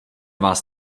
vás